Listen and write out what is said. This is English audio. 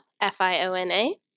F-I-O-N-A